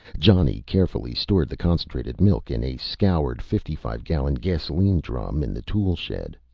johnny carefully stored the concentrated milk in a scoured fifty-five gallon gasoline drum in the tool shed.